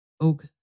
Oak